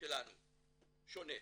שלנו שונות,